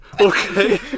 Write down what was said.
okay